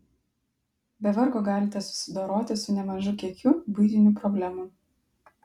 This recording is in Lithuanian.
be vargo galite susidoroti su nemažu kiekiu buitinių problemų